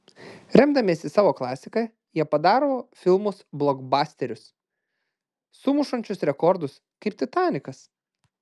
remdamiesi savo klasika jie padaro filmus blokbasterius sumušančius rekordus kaip titanikas